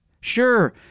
Sure